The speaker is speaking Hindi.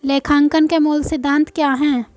लेखांकन के मूल सिद्धांत क्या हैं?